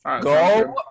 go